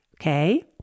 okay